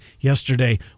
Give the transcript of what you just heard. yesterday